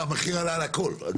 המחיר עלה על הכול.